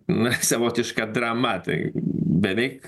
na savotiška drama tai beveik